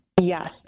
Yes